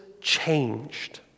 changed